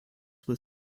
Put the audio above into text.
were